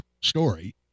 story